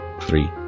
three